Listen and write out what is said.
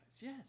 yes